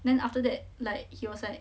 then after that like he was like